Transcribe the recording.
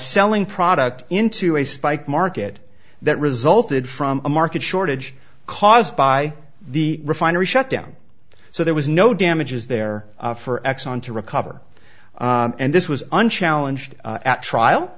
selling product into a spike market that resulted from a market shortage caused by the refinery shutdown so there was no damages there for exxon to recover and this was unchallenged at trial